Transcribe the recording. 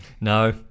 No